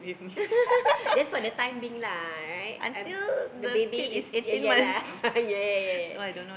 just for the time being lah right the baby is ya ya lah ya ya ya ya